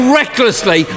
recklessly